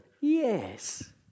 Yes